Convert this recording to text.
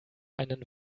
einen